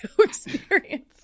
experience